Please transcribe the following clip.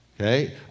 Okay